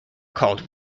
called